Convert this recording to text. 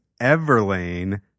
Everlane